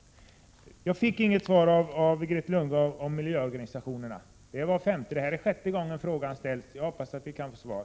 Jag fick inget svar av Grethe Lundblad om miljöorganisationerna. Det var femte gången och nu är det sjätte gången frågan ställs. Jag hoppas att vi kan få svar.